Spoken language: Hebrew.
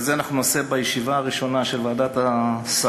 ואת זה אנחנו נעשה בישיבה הראשונה של ועדת השרים,